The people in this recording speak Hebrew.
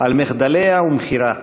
על מחדליה ומחירה,